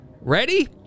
Ready